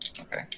Okay